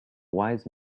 wise